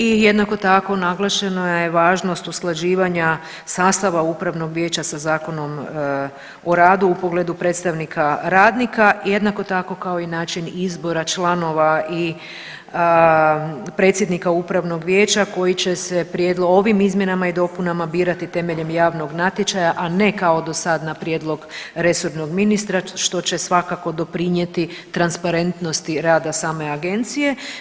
I jednako tako naglašeno je važnost usklađivanja sastava upravnog vijeća sa Zakonom o radu u pogledu predstavnika radnika, jednako tako kao i način izbora članova i predsjednika upravnog vijeća koji će se ovim izmjenama i dopunama birati temeljem javnog natječaja, a ne kao do sad na prijedlog resornog ministra što će svakako doprinijeti transparentnosti rada same agencije.